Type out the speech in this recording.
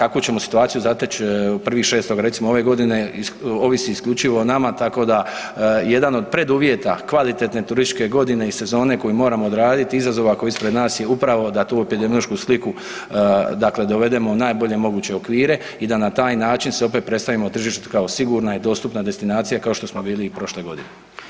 A kakvu ćemo situaciju zateć 1.6. recimo ove godine ovisi isključivo o nama, tako da jedan od preduvjeta kvalitetne turističke godine i sezone koju moramo odraditi i izazova koji su ispred nas je upravo da tu epidemiološku sliku dakle dovedemo u najbolje moguće okvire i da na taj način se opet predstavimo tržištu kao sigurna i dostupna destinacija kao što smo bili i prošle godine.